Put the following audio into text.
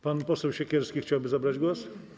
Pan poseł Siekierski chciałby zabrać głos?